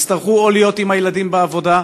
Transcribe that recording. הם יצטרכו או להיות עם הילדים בעבודה,